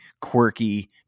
quirky